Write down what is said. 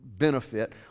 Benefit